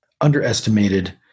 underestimated